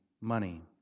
money